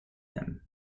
him